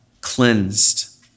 cleansed